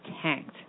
tanked